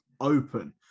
Open